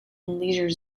leisure